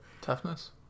Toughness